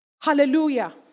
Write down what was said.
Hallelujah